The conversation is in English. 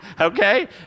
Okay